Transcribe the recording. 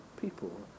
people